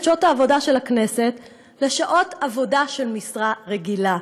שעות העבודה של הכנסת לשעות עבודה של משרה רגילה,